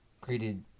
created